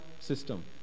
system